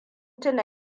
tuna